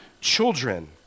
children